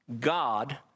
God